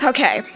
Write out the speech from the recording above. Okay